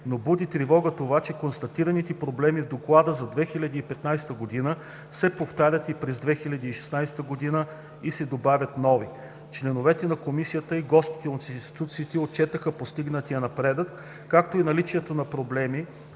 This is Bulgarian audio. но буди тревога това, че констатираните проблеми в доклада за 2015 г. се повтарят през 2016 г. и се добавят нови. Членовете на комисията и гостите от институциите отчетоха постигнатия напредък, както и наличието на проблеми